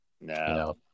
No